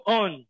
on